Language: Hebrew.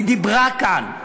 היא דיברה כאן,